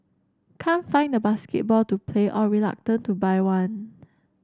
can't find a basketball to play or reluctant to buy one